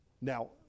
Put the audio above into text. Now